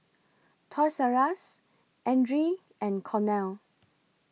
Toys R US Andre and Cornell